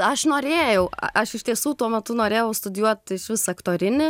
aš norėjau aš iš tiesų tuo metu norėjau studijuot išvis aktorinį